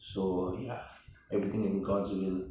so ya everything in god's will